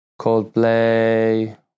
Coldplay